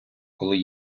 коли